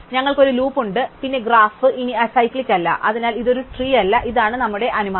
ഞങ്ങൾക്ക് ഒരു ലൂപ്പ് ഉണ്ട് പിന്നെ ഗ്രാഫ് ഇനി അസൈക്ലിക്ക് അല്ല അതിനാൽ ഇത് ഒരു ട്രീ അല്ല ഇതാണ് നമ്മുടെ അനുമാനം